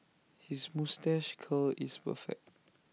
his moustache curl is perfect